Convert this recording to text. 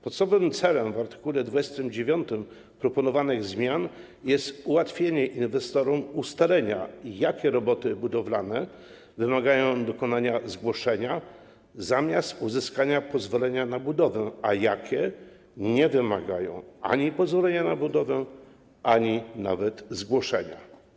Podstawowym celem w art. 29 proponowanych zmian jest ułatwienie inwestorom ustalenia, jakie roboty budowlane wymagają dokonania zgłoszenia zamiast uzyskania pozwolenia na budowę, a jakie nie wymagają ani pozwolenia na budowę, ani nawet zgłoszenia.